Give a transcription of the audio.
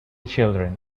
children